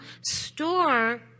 store